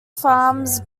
farms